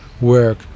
work